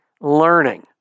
learning